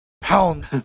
Pound